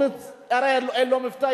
והרי אין לו מבטא,